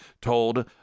told